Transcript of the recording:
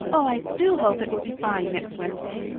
i do hope it will be fine next wednesday.